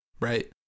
right